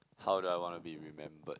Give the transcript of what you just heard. how do I want to be remembered